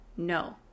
No